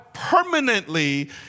permanently